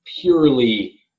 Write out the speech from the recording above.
purely